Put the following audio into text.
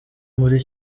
muri